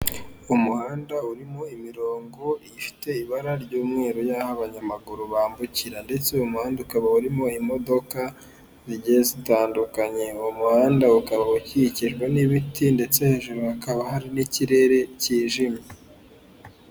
Umuhanda urimo imirongo ifite ibara ry'umweru y'aho abanyamaguru bambukira ndetse umuhanda ukaba urimo imodoka zitandukanye uwo muhanda ukaba ukikijwe n'ibiti ndetse hejuru hakaba hari n'ikirere kijimye.